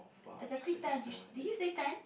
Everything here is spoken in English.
exactly ten did she did he say ten